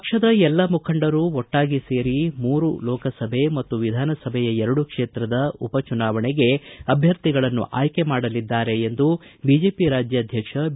ಪಕ್ಷದ ಎಲ್ಲ ಮುಂಖಂಡರೂ ಒಟ್ಟಾಗಿ ಸೇರಿ ಮೂರು ಲೋಕಸಭೆ ಮತ್ತು ವಿಧಾನಸಭೆಯ ಎರಡು ಕ್ಷೇತ್ರದ ಉಪ ಚುನಾವಣೆಗೆ ಅಭ್ಯರ್ಥಿಗಳನ್ನು ಆಯ್ಕೆ ಮಾಡಲಿದ್ದಾರೆ ಎಂದು ಬಿಜೆಒ ರಾಜ್ಯಾಧ್ಯಕ್ಷ ಬಿ